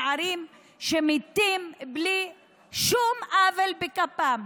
נערים שמתים בלי שום עוול בכפם.